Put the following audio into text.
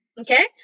okay